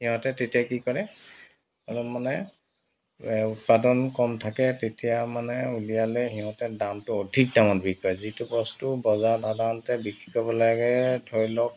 সিহঁতে তেতিয়া কি কৰে অলপ মানে উৎপাদন কম থাকে তেতিয়া মানে উলিয়ালে সিহঁতে দামটো অধিক দামত বিক্ৰী কৰে যিটো বস্তু বজাৰত সাধাৰণতে বিক্ৰী কৰিব লাগে ধৰি লওক